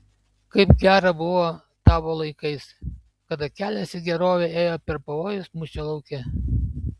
kaip gera buvo tavo laikais kada kelias į gerovę ėjo per pavojus mūšio lauke